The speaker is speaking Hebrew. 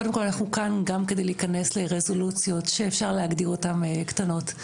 קודם כל אנחנו כאן כדי להיכנס לרזולוציות שאי אפשר להגדיר אותן קטנות,